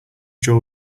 jaw